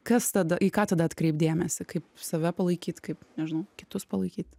kas tada į ką tada atkreipt dėmesį kaip save palaikyt kaip nežinau kitus palaikyt